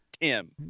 Tim